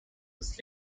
was